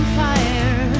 fire